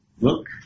look